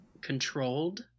controlled